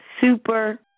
super